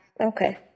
Okay